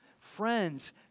Friends